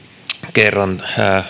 kerran